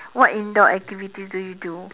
what in door activities do you do